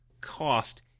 cost